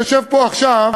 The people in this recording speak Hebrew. שיושב פה עכשיו,